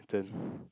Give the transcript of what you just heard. then